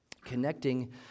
Connecting